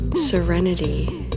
Serenity